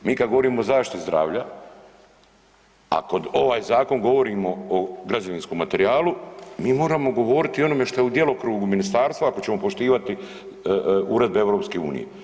Mi kad govorimo o zaštiti zdravlja, a kod ovaj zakon govorimo o građevinskom materijalu, mi moramo govoriti i o onome što je u djelokrugu ministarstva ako ćemo poštivati uredbe EU.